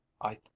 I